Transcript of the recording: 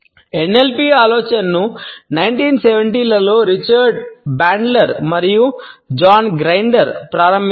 NLP ఆలోచనను 1970 లలో Richard Bandler మరియు జాన్ గ్రైండర్ ప్రారంభించారు